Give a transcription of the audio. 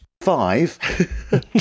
five